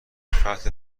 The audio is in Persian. فتح